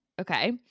Okay